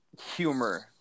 humor